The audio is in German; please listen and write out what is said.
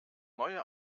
neue